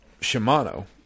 Shimano